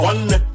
One